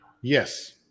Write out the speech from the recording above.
Yes